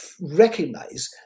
recognize